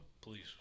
Please